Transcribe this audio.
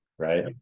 right